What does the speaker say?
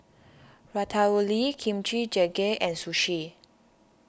Ratatouille Kimchi Jjigae and Sushi